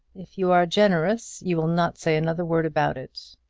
if you are generous you will not say another word about it.